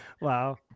Wow